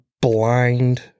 blind